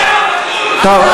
טוב,